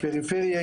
מהפריפריה,